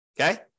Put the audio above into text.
Okay